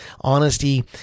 honesty